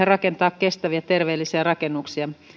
rakentaa kestäviä ja terveellisiä rakennuksia